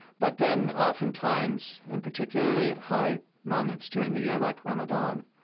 but then oftentimes, and particularly at high moments during the year like ramadan,